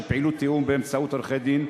של פעילות תיאום באמצעות עורכי-דין,